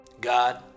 God